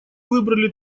выбрали